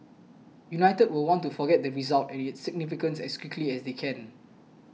united will want to forget the result and its significance as quickly as they can